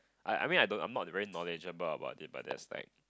I I mean I don't I'm not the very knowledgeable about it but there's like